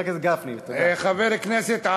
חבר הכנסת גפני, תודה.